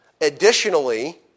Additionally